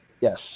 Yes